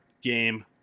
game